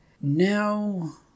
Now